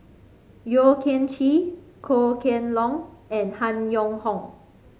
Yeo Kian Chye Goh Kheng Long and Han Yong Hong